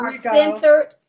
Centered